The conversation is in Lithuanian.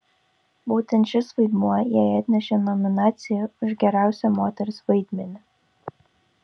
būtent šis vaidmuo jai atnešė nominaciją už geriausią moters vaidmenį